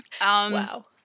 Wow